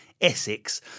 Essex